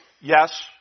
yes